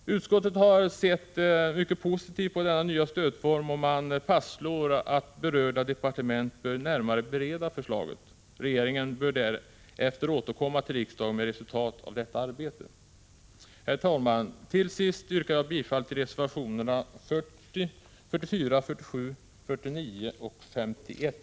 Utskottet har sett mycket positivt på denna nya stödform, och man fastslår att berörda departement närmare bör bereda förslaget. Regeringen bör därefter återkomma till riksdagen och presentera resultatet av detta arbete. Herr talman! Till sist yrkar jag bifall till reservationerna 40, 44, 47, 49 och 51.